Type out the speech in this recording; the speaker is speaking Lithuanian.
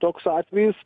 toks atvejis